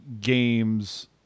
games